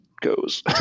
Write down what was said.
goes